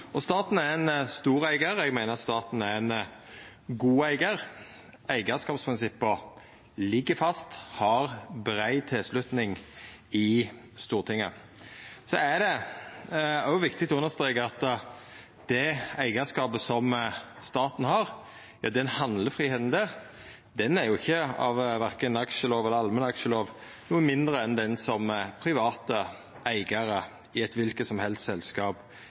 Staten er ein stor eigar. Eg meiner at staten er ein god eigar. Eigarskapsprinsippa ligg fast og har brei tilslutning i Stortinget. Så er det òg viktig å understreka at det eigarskapet staten har, den handlefridomen der, er ikkje av verken aksjelov eller allmennaksjelov noko mindre enn den private eigarar i kva selskap som helst